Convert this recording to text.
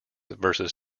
versus